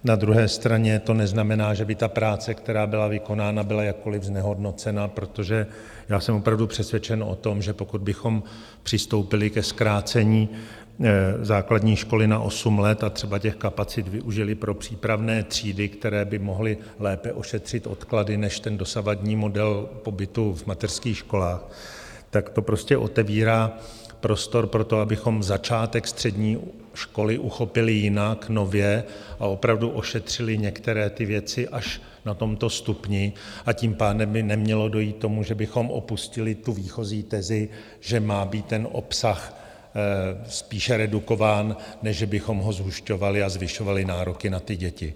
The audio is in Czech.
Na druhé straně to neznamená, že by práce, která byla vykonána, byla jakkoliv znehodnocena, protože jsem opravdu přesvědčen o tom, že pokud bychom přistoupili ke zkrácení základní školy na osm let a třeba těch kapacit využili pro přípravné třídy, které by mohly lépe ošetřit odklady než dosavadní model pobytu v mateřských školách, tak to otevírá prostor pro to, abychom začátek střední školy uchopili jinak, nově a opravdu ošetřili některé věci až na tomto stupni, a tím pádem by nemělo dojít k tomu, že bychom opustili výchozí tezi, že má být obsah spíše redukován, než že bychom ho zhušťovali a zvyšovali nároky na děti.